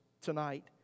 tonight